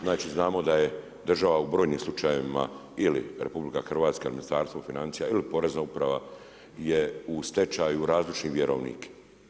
Znači znamo da je država u brojnim slučajevima ili RH ili Ministarstvo financija ili porezna uprava je u stečaju razlučni vjerovnik.